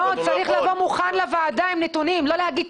הוא צריך לבוא מוכן לוועדה עם נתונים לא להגיד,